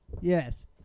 Yes